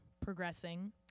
progressing